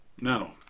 No